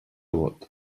vot